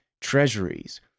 treasuries